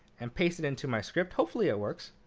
and paste it into my script. hopefully it works.